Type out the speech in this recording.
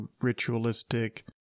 ritualistic